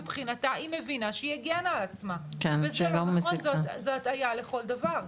מבחינתה היא מבינה שהיא הגנה על עצמה וזה לא נכון זו הטעייה לכל דבר.